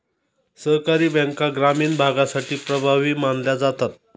सहकारी बँका ग्रामीण भागासाठी प्रभावी मानल्या जातात